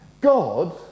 God